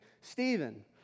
Stephen